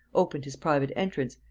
opened his private entrance,